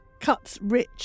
CutsRich